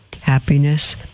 Happiness